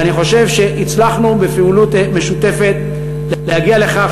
ואני חושב שהצלחנו בפעילות משותפת להגיע לכך